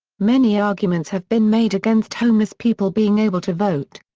many arguments have been made against homeless people being able to vote.